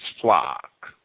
flock